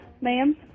Ma'am